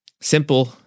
Simple